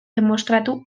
demostratu